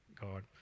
God